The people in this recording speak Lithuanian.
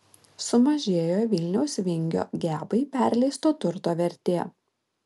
sumažėjo vilniaus vingio gebai perleisto turto vertė